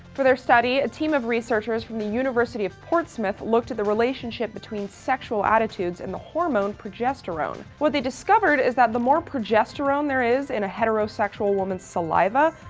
for their study, a team of researchers from the university of portsmouth looked at the relationship between sexual attitudes and the hormone progesterone. what they discovered, is that the more progesterone there is in a heterosexual woman's saliva,